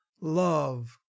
love